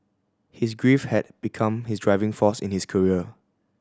his grief had become his driving force in his career